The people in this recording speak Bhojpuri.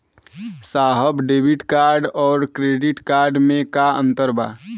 साहब डेबिट कार्ड और क्रेडिट कार्ड में का अंतर बा?